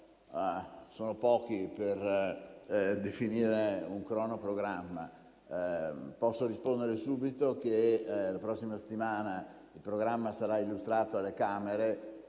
sono pochi per definire un cronoprogramma. Posso rispondere subito che la prossima settimana il programma sarà illustrato alle Camere